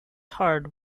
hard